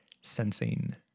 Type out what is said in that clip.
sensing